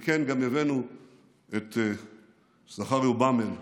וכן, גם הבאנו את זכריה באומל,